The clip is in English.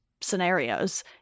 scenarios